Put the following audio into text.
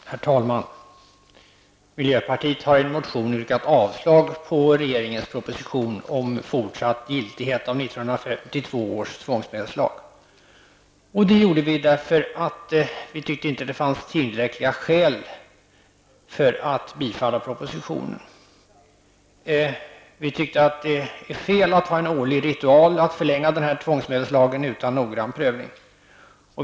Herr talman! Miljöpartiet har i en motion yrkat avslag på regeringens proposition om fortsatt giltighet av 1952 års tvångsmedelslag. Det gjorde vi därför att vi inte tyckte att det fanns tillräckliga skäl att bifalla propositionen. Vi anser att det är fel att ha en årlig ritual som går ut på att förlänga denna tvångsmedelslag utan en noggrann prövning.